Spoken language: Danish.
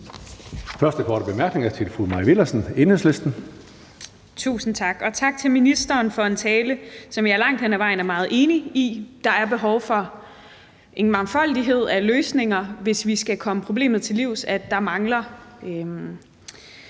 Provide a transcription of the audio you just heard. Første korte bemærkning er til fru Mai Villadsen, Enhedslisten. Kl. 19:27 Mai Villadsen (EL): Tusind tak, og tak til ministeren for en tale, som jeg langt hen ad vejen er meget enig i. Der er behov for en mangfoldighed af løsninger, hvis vi skal komme problemet med, at der mangler